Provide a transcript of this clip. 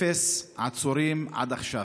אפס עצורים עד עכשיו,